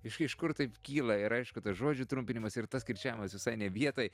iš iš kur taip kyla ir aišku tas žodžių trumpinimas ir tas kirčiavimas visai ne vietoj